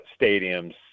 stadiums